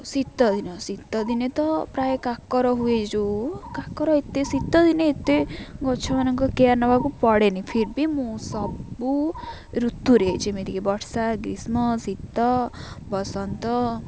ଶୀତ ଦିନ ଶୀତ ଦିନେ ତ ପ୍ରାୟ କାକର ହୁଏ କାକର ଏତେ ଶୀତ ଦିନେ ଏତେ ଗଛମାନଙ୍କ କେୟାର୍ ନେବାକୁ ପଡ଼େନି ଫିର୍ ବି ମୁଁ ସବୁ ଋତୁରେ ଯେମିତିକି ବର୍ଷା ଗ୍ରୀଷ୍ମ ଶୀତ ବସନ୍ତ